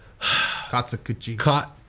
Katsukuchi